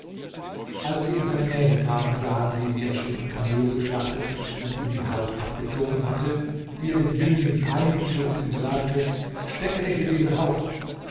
als sie in seine nähe kamen sahen sie wie er schon ein kamel geschlachtet und ihm die haut abgezogen hatte wie er den jüngling peinigte und ihm sagte stecke dich in diese haut